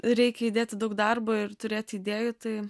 reikia įdėti daug darbo ir turėti idėjų tai